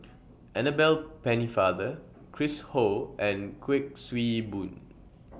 Annabel Pennefather Chris Ho and Kuik Swee Boon